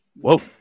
whoa